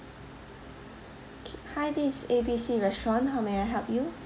K hi this is A B C restaurant how may I help you